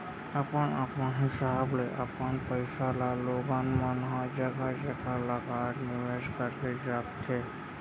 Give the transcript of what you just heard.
अपन अपन हिसाब ले अपन पइसा ल लोगन मन ह जघा जघा लगा निवेस करके रखथे